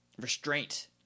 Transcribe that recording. restraint